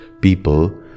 people